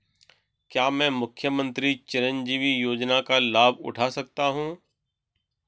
क्या मैं मुख्यमंत्री चिरंजीवी योजना का लाभ उठा सकता हूं?